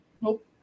Nope